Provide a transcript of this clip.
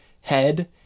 head